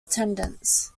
attendance